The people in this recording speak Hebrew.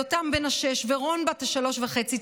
יותם בן השש ורון בת השלוש וחצי,